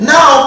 Now